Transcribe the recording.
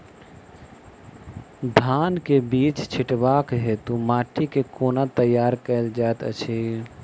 धान केँ बीज छिटबाक हेतु माटि केँ कोना तैयार कएल जाइत अछि?